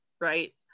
right